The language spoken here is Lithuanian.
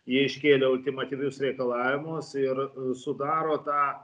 jie iškėlė ultimatyvius reikalavimus ir sudaro tą